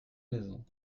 maison